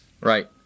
Right